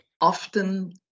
often